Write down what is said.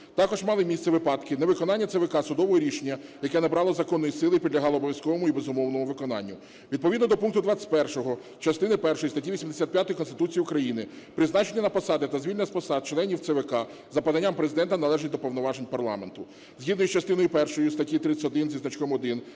Також мали місце випадки невиконання ЦВК судового рішення, яке набрало законної сили і підлягало обов'язковому і безумовному виконанню. Відповідно до пункту 21 частини першої статті 85 Конституції України призначення на посади та звільнення з посад членів ЦВК за поданням Президента належить до повноважень парламенту. Згідно з частиною першою статті 31 зі значком 1